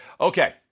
Okay